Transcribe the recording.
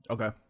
Okay